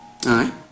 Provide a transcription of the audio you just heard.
Aye